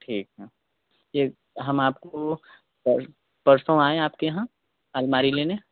ठीक है ये हम आपको पर परसों आएँ आपके यहाँ अलमारी लेने